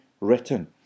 written